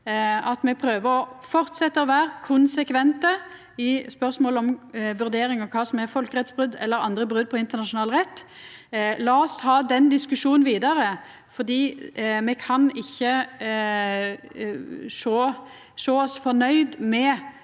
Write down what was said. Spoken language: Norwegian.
å fortsetja å vera konsekvente i spørsmålet om vurdering av kva som er folkerettsbrot eller andre brot på internasjonal rett. La oss ta den diskusjonen vidare, for me kan ikkje sjå oss fornøgde med